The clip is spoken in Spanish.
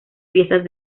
piezas